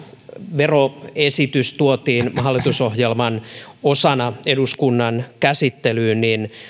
veroesitys tuotiin hallitusohjelman osana eduskunnan käsittelyyn